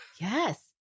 Yes